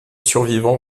survivants